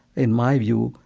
in my view,